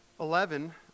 Eleven